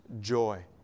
joy